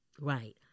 Right